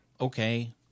okay